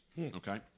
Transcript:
Okay